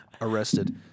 arrested